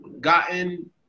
gotten